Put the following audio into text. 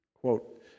Quote